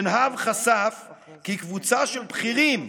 שנהב חשף כי קבוצה של בכירים,